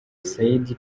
said